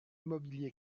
immobilier